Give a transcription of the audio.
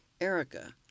Erica